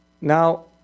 Now